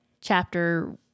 chapter